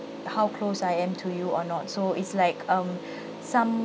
how close I am to you or not so it's like um some